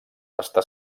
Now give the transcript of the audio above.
està